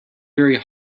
very